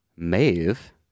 Maeve